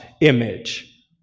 image